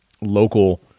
local